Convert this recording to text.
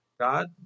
God